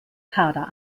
kader